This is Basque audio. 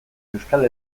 euskal